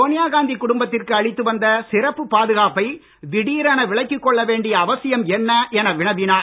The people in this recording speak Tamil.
சோனியா காந்தி குடும்பத்திற்கு அளித்து வந்த சிறப்பு பாதுகாப்பை திடீரென விலக்கிக்கொள்ள வேண்டிய அவசியம் என்ன என வினவினார்